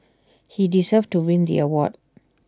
he deserved to win the award